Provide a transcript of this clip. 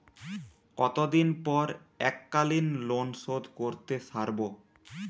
কতদিন পর এককালিন লোনশোধ করতে সারব?